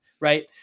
right